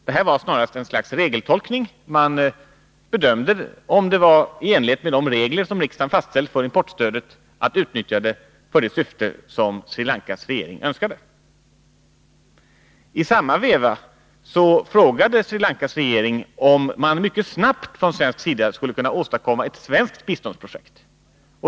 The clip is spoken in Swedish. Detta var snarast ett slags regeltolkning. Man bedömde om det var förenligt med de regler som riksdagen fastställt för importstödet att utnyttja det för det syfte som Sri Lankas regering önskade. I samma veva frågade Sri Lankas regering om man från svensk sida mycket snabbt skulle kunna åstadkomma ett svenskt biståndsprojekt.